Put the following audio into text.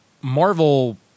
marvel